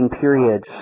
periods